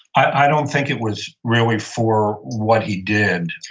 i don't think it was really for what he did,